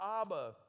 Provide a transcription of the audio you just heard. Abba